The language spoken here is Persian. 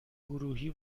گروهی